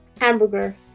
Hamburger